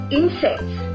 insects